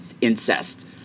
incest